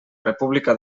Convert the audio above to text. república